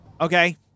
Okay